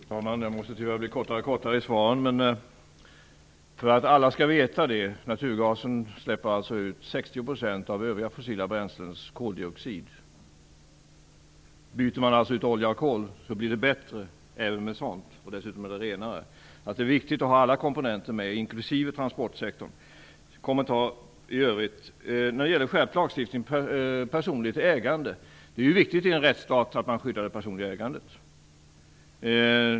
Fru talman! Jag måste tyvärr bli mer och mer kortfattad i svaren. För att alla skall veta det vill jag säga att naturgasen släpper ut 60 % av övriga fossila bränslens koldioxid. Byter man alltså ut olja och kol blir det bättre även med sådant, och dessutom är det renare. Det är viktigt att ha med alla komponenter, inklusive transportsektorn. Vad gäller den skärpta lagstiftningen för personligt ägande är det naturligtvis viktigt i en rättsstat att skydda det personliga ägandet.